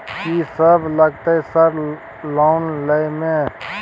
कि सब लगतै सर लोन लय में?